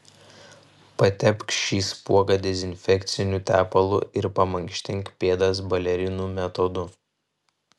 patepk šį spuogą dezinfekciniu tepalu ir pamankštink pėdas balerinų metodu